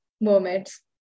moments